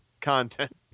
content